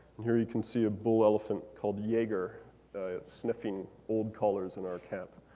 here you can see a bull elephant called yeager sniffing old collars in our camp.